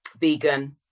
vegan